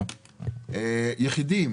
יחידים